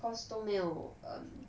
cause 都没有 um